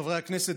חברי הכנסת,